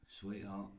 Sweetheart